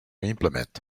implement